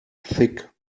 thick